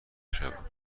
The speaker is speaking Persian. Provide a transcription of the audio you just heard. شوم